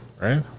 right